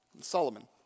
Solomon